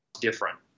different